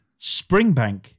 Springbank